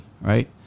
right